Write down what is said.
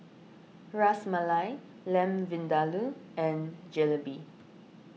Ras Malai Lamb Vindaloo and Jalebi